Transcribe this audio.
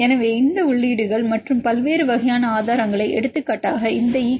எனவே இந்த உள்ளீடுகள் குறிப்பு நேரம் 1741 மற்றும் பல்வேறு வகையான ஆதாரங்களை எடுத்துக்காட்டாக இந்த E